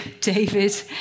David